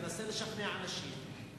תנסה לשכנע אנשים,